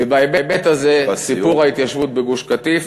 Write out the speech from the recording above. ובהיבט הזה, סיפור ההתיישבות בגוש-קטיף